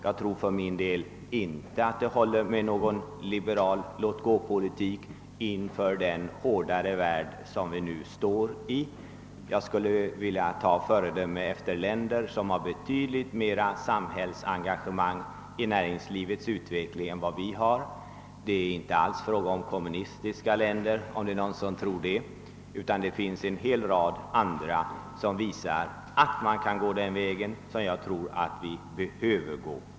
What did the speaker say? Jag tror för min del inte att det håller med någon liberal låt-gå-politik i den hårdare värld som vi nu står inför. Jag skulle vilja att vi tog föredöme av länder som har betydligt mera samhällsengagemang i näringslivets utveckling än vi har. Det är inte alls fråga om kommunistiska länder, om det är någon som tror det, utan det finns en hel rad andra som visar att man kan gå den väg som jag tror att vi måste gå.